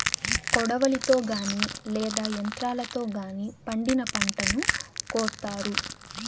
కొడవలితో గానీ లేదా యంత్రాలతో గానీ పండిన పంటను కోత్తారు